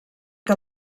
que